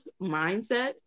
mindset